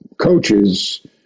coaches